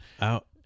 out